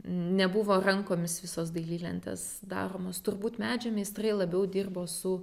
nebuvo rankomis visos dailylentės daromos turbūt medžio meistrai labiau dirbo su